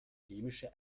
chemische